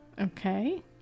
Okay